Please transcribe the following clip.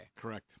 Correct